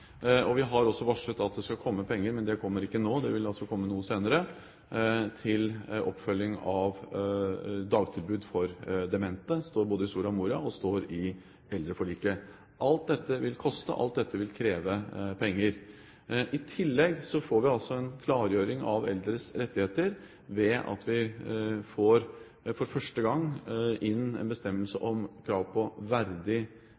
Vi har også varslet at det skal komme penger – men de kommer ikke nå, de vil komme noe senere – til oppfølging av dagtilbud for demente. Det står både i Soria Moria-erklæringen og i eldreforliket. Alt dette vil koste, alt dette vil kreve penger. I tillegg får vi altså en klargjøring av eldres rettigheter ved at vi for første gang får inn en bestemmelse